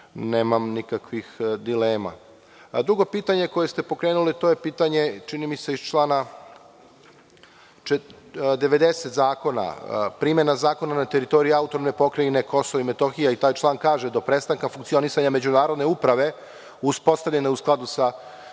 nemam nikakvih dilema. Drugo pitanje, koje ste pokrenuli je pitanje čini mi se iz člana 90. Zakona o primeni Zakona na teritoriji AP Kosovova i Metohije i taj član kaže – do prestanka funkcionisanja međunarodne uprave uspostavljene u skladu sa